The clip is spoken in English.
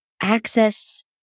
access